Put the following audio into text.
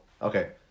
Okay